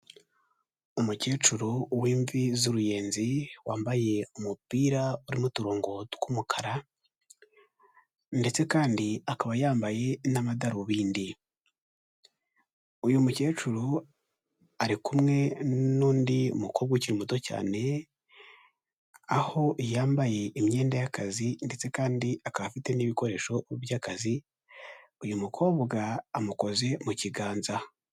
Umukecuru w'imvi z'uruyenzi wambaye umupira urimo uturongo tw'umukara ndetse kandi akaba yambaye n'amadarubindi uyu mukecuru ari kumwe n'undi mukobwa ukiri muto cyane aho yambaye imyenda y'akazi ndetse kandi akaba afite n'ibikoresho by'akazi uyu mukobwa amukoze mu kiganza.